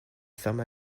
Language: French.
ferma